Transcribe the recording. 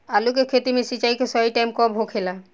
आलू के खेती मे सिंचाई के सही टाइम कब होखे ला?